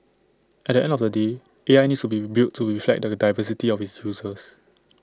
at the end of the day A I needs to be built to reflect the diversity of its users